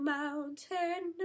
mountain